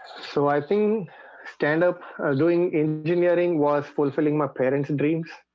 so i think stand-up doing engineering was fulfilling my parents dreams